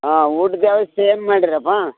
ಹಾಂ ಊಟದ ವ್ಯವಸ್ಥೆ ಏನು ಮಾಡಿರೆಪ್ಪ